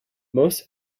most